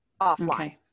offline